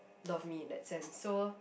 love me in that sense so